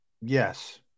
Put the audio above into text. Yes